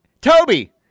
Toby